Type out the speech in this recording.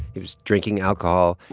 he was drinking alcohol.